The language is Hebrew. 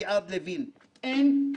דובר ועדת הכלכלה וועדת החקירה,